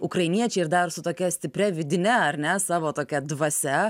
ukrainiečiai ir dar su tokia stipria vidine ar ne savo tokia dvasia